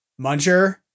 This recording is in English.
muncher